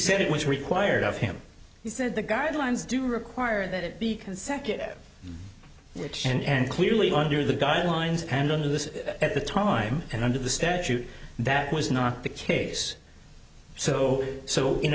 said it was required of him he said the guidelines do require that it be consecutive and clearly under the guidelines and under this at the time and under the statute that was not the case so so in